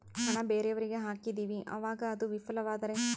ಹಣ ಬೇರೆಯವರಿಗೆ ಹಾಕಿದಿವಿ ಅವಾಗ ಅದು ವಿಫಲವಾದರೆ?